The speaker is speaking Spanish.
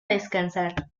descansar